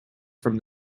from